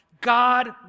God